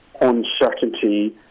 uncertainty